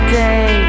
day